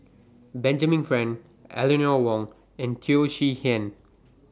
Benjamin Frank Eleanor Wong and Teo Chee Hean